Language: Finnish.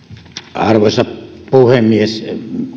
arvoisa puhemies